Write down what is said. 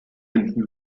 hinten